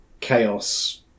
chaos